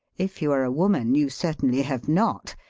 if you are a woman you certainly have not,